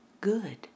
good